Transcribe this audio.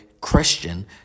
Christian